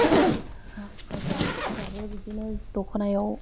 आगरफोराबो बिदिनो दखनायाव